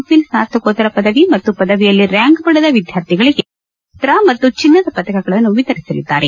fill ಸ್ನಾತಕೋತ್ತರ ಪದವಿ ಮತ್ತು ಪದವಿಯಲ್ಲಿ ರ್ಕ್ಯಾಂಕ್ ಪಡೆದ ವಿದ್ವಾರ್ಥಿಗಳಿಗೆ ಪದವಿ ಪ್ರಮಾಣ ಪತ್ರ ಮತ್ತು ಚಿನ್ನದ ಪದಕಗಳನ್ನು ವಿತರಿಸಿಲಿದ್ದಾರೆ